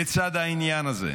לצד העניין הזה,